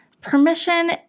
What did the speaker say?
Permission